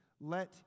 let